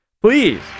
Please